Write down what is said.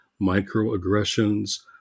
microaggressions